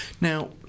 Now